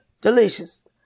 Delicious